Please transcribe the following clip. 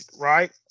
right